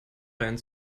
reihen